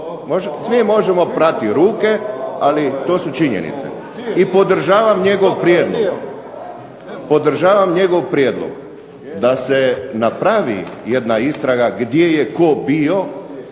Svi možemo prati ruke, ali to su činjenice. I podržavam njegov prijedlog da se napravi jedna istraga gdje je tko bio